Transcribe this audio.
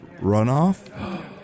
runoff